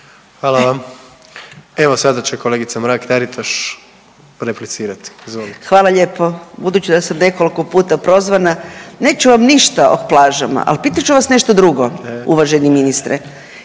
Hvala vam. Evo sada će kolegica Mrak-Taritaš replicirati. Izvolite. **Mrak-Taritaš, Anka (GLAS)** Hvala lijepo. Budući da sam nekoliko puta prozvana neću vam ništa o plažama, ali pitat ću vas nešto drugo uvaženi ministre.